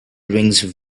rings